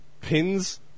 pins